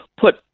put